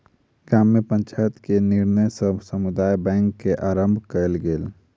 गाम में पंचायत के निर्णय सॅ समुदाय बैंक के आरम्भ कयल गेल